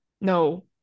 no